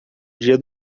dia